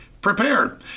prepared